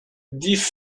dix